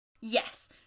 Yes